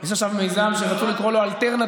יש עכשיו מיזם שרצו לקרוא לו אלטרנטיב.